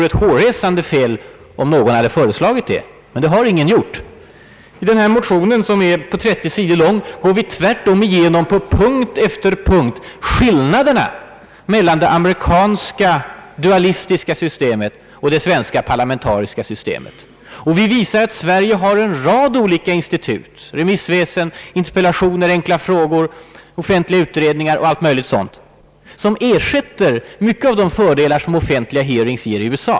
Det vore hårresande om någon hade föreslagit det. Det har heller ingen gjort. I motionen, som är 30 sidor lång, går vi tvärtom på punkt efter punkt igenom skillnaderna mellan det amerikanska maktdelningssystemet och det svenska parlamentariska systemet. Vi visar att Sverige har en rad olika institut — remissväsen, interpellationer, enkla frågor, offentliga utredningar och mycket annat — som ger många av de fördelar som offentliga hearings ger i USA.